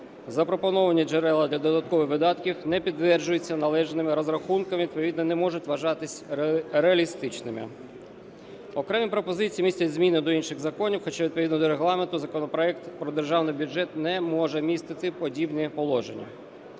Запропоновані джерела для додаткових видатків не підтверджуються належними розрахунками, відповідно не можуть вважатись реалістичними. Окремі пропозиції містять зміни до інших законів, хоча відповідно до Регламенту законопроект про державний бюджет не може містити подібні положення.